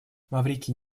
маврикий